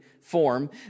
form